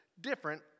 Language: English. different